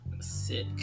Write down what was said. Sick